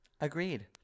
Agreed